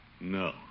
No